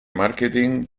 marketing